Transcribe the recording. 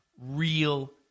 real